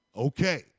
Okay